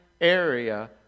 area